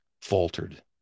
faltered